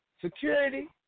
security